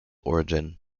origin